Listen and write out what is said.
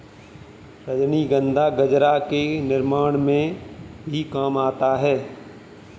रजनीगंधा गजरा के निर्माण में भी काम आता है